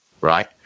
right